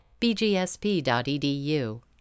BGSP.edu